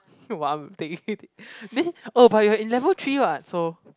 !wow! I'm taking then oh but you are in level three what so